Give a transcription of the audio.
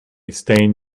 stain